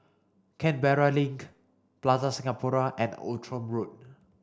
Canberra Link Plaza Singapura and Outram Road